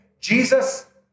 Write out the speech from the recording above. Jesus